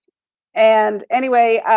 and anyway,